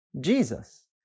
Jesus